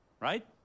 right